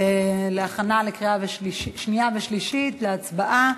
להכנה לקריאה שנייה ושלישית, להצבעה.